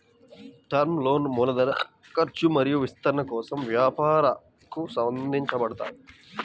term లోన్లు మూలధన ఖర్చు మరియు విస్తరణ కోసం వ్యాపారాలకు అందించబడతాయి